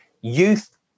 youth